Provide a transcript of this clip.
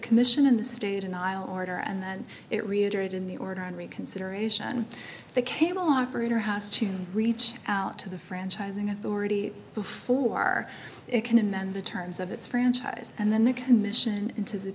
commission in the state and i'll order and then it reiterate in the order on reconsideration the cable operator has to reach out to the franchising authority before it can amend the terms of its franchise and then the commission into